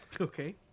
Okay